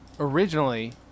Originally